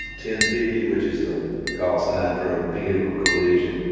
ten-fifty, which is the call sign for a vehicle collision.